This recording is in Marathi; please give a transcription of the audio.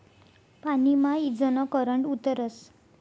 पानी मा ईजनं करंट उतरस